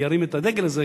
ירים את הדגל הזה,